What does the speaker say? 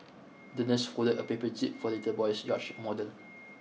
the nurse folded a paper jib for the little boy's yacht model